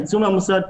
יצאו מהמוסד.